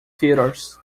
theatres